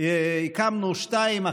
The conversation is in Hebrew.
הקמנו שתיים,